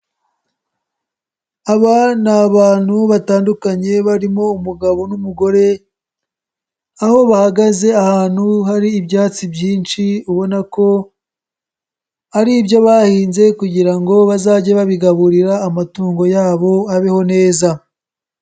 Aba ni abantu batandukanye barimo umugabo n'umugore, aho bahagaze ahantu hari ibyatsi byinshi ubona ko ari ibyo bahinze kugira ngo bazage babigaburira amatungo yabo abeho neza.